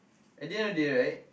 at the end of the day right